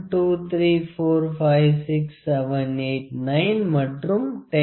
123456789 மற்றும் 10